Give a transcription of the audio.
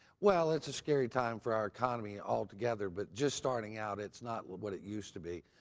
well, it's a scary time for our economy all together, but just starting out it's not what it used to be.